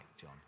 john